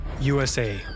USA